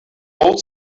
old